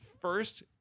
first